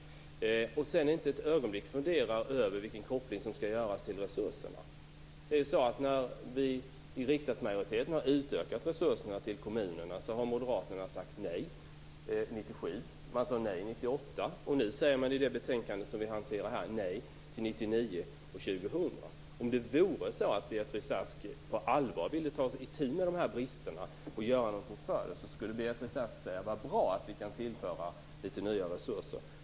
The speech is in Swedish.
Ändå funderar hon inte ett ögonblick över kopplingen till resurserna. När vi i riksdagsmajoriteten har utökat resurserna till kommunerna har ju Moderaterna sagt nej. Så var det 1997. Man sade nej 1998. Och i det betänkande som vi nu hanterar säger man nej beträffande år 1999 och år 2000. Om Beatrice Ask på allvar vill ta itu med de här bristerna och göra något åt dem skulle väl Beatrice Ask säga: Vad bra att vi kan tillföra litet nya resurser.